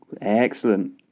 excellent